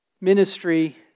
ministry